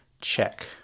check